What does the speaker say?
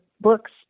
books